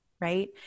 right